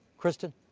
kristin?